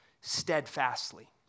steadfastly